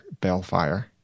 bellfire